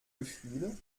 gefühle